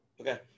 Okay